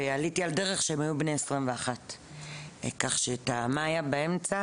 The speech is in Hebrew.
ועליתי על דרך כשהם היו בני 21. כך שאת מה שהיה באמצע,